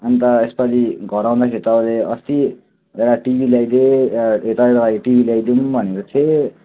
अन्त यसपालि घर आउँदाखेरि तपाईँले अस्ति एउटा टिभी ल्याइदे तपाईँको लागि टिभी ल्याइदिउँ भनेको थिएँ